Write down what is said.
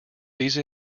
these